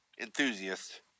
enthusiast